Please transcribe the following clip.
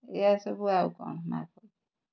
ଏଇୟା ସବୁ ଆଉ କ'ଣ